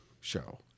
show